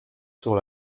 sur